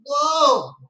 Whoa